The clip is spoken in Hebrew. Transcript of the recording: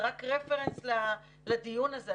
זה רק רפרנס לדיון הזה.